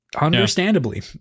Understandably